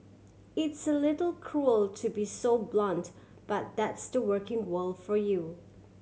it's a little cruel to be so blunt but that's the working world for you